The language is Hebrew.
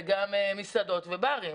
וגם מסעדות וברים.